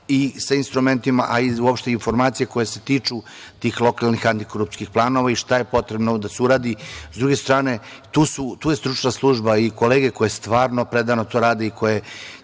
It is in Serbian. sa instrumentima, a i uopšte informacije koje se tiču tih lokalnih antikorupcijskih planova i šta je potrebo da se uradi.S druge strane, tu je stručna služba i kolege koje stvarno predano to rade i koje